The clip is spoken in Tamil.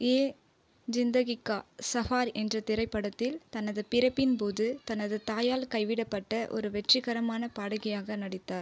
யே ஜிந்தகி கா சஹார் என்ற திரைப்படத்தில் தனது பிறப்பின் போது தனது தாயால் கைவிடப்பட்ட ஒரு வெற்றிகரமான பாடகியாக நடித்தார்